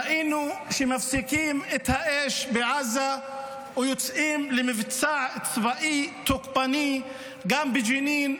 ראינו שמפסיקים את האש בעזה או יוצאים למבצע צבאי תוקפני גם בג'נין,